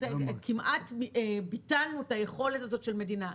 כמעט ביטלנו את היכולת הזאת של מדינה.